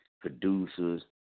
producers